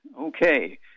Okay